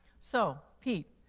so, pete,